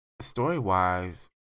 story-wise